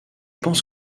pense